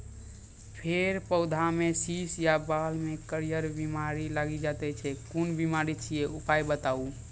फेर पौधामें शीश या बाल मे करियर बिमारी लागि जाति छै कून बिमारी छियै, उपाय बताऊ?